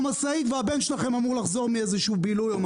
משאית והבן שלכם אמור לחזור מאיזשהו בילוי.